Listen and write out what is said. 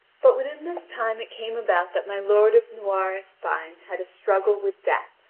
but within this time it came about that my lord of noire espine had a struggle with death,